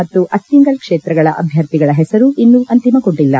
ಮತ್ತು ಅತ್ತಿಂಗಲ್ ಕ್ಷೇತ್ರಗಳ ಅಭ್ಞರ್ಥಿಗಳ ಹೆಸರು ಇನ್ನೂ ಅಂತಿಮಗೊಂಡಿಲ್ಲ